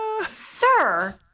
sir